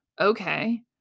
Okay